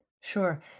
Sure